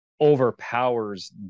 overpowers